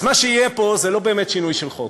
אז מה שיהיה פה זה לא באמת שינוי של חוק,